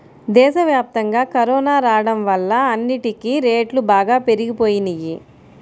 దేశవ్యాప్తంగా కరోనా రాడం వల్ల అన్నిటికీ రేట్లు బాగా పెరిగిపోయినియ్యి